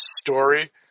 story